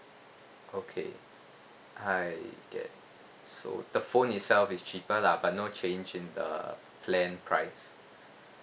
okay I get so the phone itself is cheaper lah but no change in the plan price